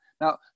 Now